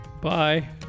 Bye